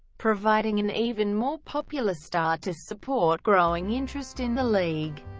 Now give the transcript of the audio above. providing an even more popular star to support growing interest in the league.